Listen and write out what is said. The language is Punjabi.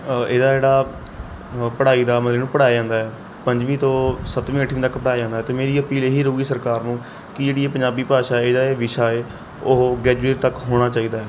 ਇਹਦਾ ਜਿਹੜਾ ਪੜ੍ਹਾਈ ਦਾ ਮਤਲ ਇਹਨੂੰ ਪੜ੍ਹਾਇਆ ਜਾਂਦਾ ਪੰਜਵੀਂ ਤੋਂ ਸੱਤਵੀਂ ਅੱਠਵੀਂ ਤੱਕ ਪੜ੍ਹਾਇਆ ਜਾਂਦਾ ਏ ਅਤੇ ਮੇਰੀ ਅਪੀਲ ਇਹੀ ਰਹੂਗੀ ਸਰਕਾਰ ਨੂੰ ਕਿ ਜਿਹੜੀ ਪੰਜਾਬੀ ਭਾਸ਼ਾ ਇਹਦਾ ਵਿਸ਼ਾ ਏ ਉਹ ਗ੍ਰੈਜੂਏਟ ਤੱਕ ਹੋਣਾ ਚਾਹੀਦਾ ਏ